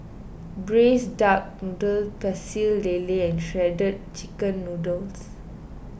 Braised Duck Noodle Pecel Lele and Shredded Chicken Noodles